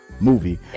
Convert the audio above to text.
movie